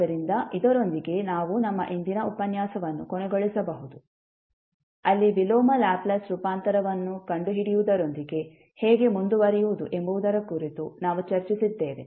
ಆದ್ದರಿಂದ ಇದರೊಂದಿಗೆ ನಾವು ನಮ್ಮ ಇಂದಿನ ಉಪನ್ಯಾಸವನ್ನು ಕೊನೆಗೊಳಿಸಬಹುದು ಅಲ್ಲಿ ವಿಲೋಮ ಲ್ಯಾಪ್ಲೇಸ್ ರೂಪಾಂತರವನ್ನು ಕಂಡುಹಿಡಿಯುವುದರೊಂದಿಗೆ ಹೇಗೆ ಮುಂದುವರಿಯುವುದು ಎಂಬುದರ ಕುರಿತು ನಾವು ಚರ್ಚಿಸಿದ್ದೇವೆ